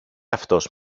αυτός